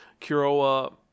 Kuroa